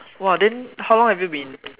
!wah! then how long have you been